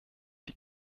die